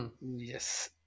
Yes